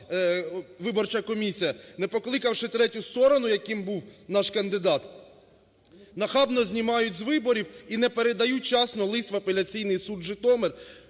виборча комісія, не покликавши третю сторону, яким був наш кандидат, нахабно знімають з виборів і не передають вчасно лист в апеляційний суд, Житомир.